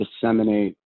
disseminate